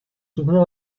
soutenir